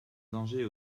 danger